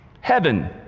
heaven